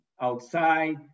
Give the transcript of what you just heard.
outside